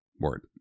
word